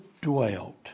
dwelt